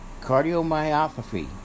Cardiomyopathy